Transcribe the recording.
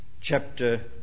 chapter